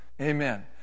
Amen